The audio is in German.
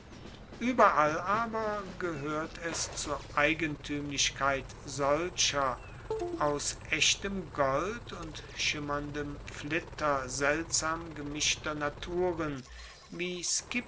ueberall aber gehoert es zur eigentuemlichkeit solcher aus echtem gold und schimmerndem flitter seltsam gemischter naturen wie